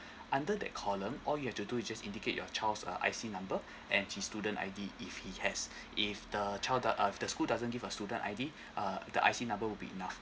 under that column all you have to do is just indicate your child uh I_C number and the student I_D if he has if the child do~ uh if the school doesn't give a student I_D uh the I_C number would be enough